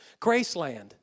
Graceland